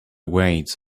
reins